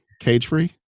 Cage-free